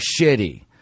shitty